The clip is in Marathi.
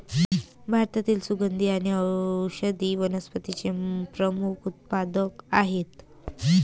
भारतातील सुगंधी आणि औषधी वनस्पतींचे प्रमुख उत्पादक आहेत